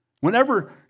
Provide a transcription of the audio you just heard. Whenever